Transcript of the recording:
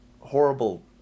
horrible